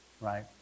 right